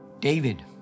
David